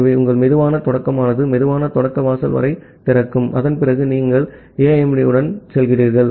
ஆகவே உங்கள் சுலோ ஸ்டார்ட்மானது சுலோ ஸ்டார்ட் வாசல் வரை இருக்கும் அதன் பிறகு நீங்கள் AIMD உடன் செல்கிறீர்கள்